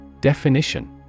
Definition